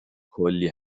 کلی